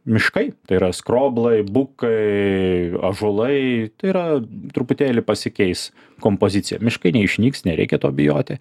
miškai tai yra skroblai bukai ąžuolai yra truputėlį pasikeis kompozicija miškai neišnyks nereikia to bijoti